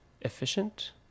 efficient